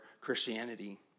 Christianity